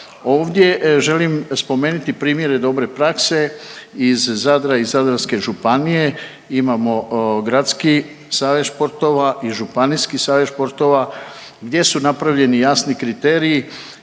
Ovdje želim spomenuti primjere dobre prakse iz Zadra i Zadarske županije. Imamo gradski savez športova i Županijski savez športova gdje su napravljeni jasni kriteriji